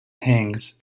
hangs